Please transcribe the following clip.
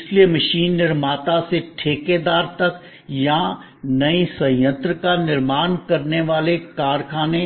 इसलिए मशीन निर्माता से ठेकेदार तक या नए संयंत्र का निर्माण करने वाले कारखाने